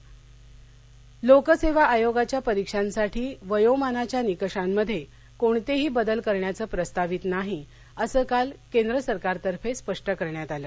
लोक सेवा आयोग लोक सेवा आयोगाच्या परीक्षांसाठी वयोमानाच्या निकषांमध्ये कोणतेही बदल करण्याचं प्रस्तावित नाही असं काल केंद्र सरकारतर्फे स्पष्ट करण्यात आलं